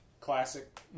classic